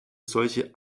solche